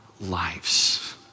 lives